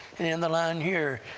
in the line here,